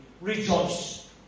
rejoice